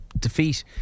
Defeat